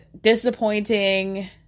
disappointing